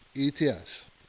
ETS